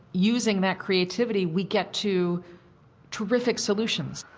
using that creativity, we get to terrific solutions.